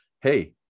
Hey